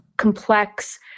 complex